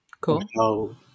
cool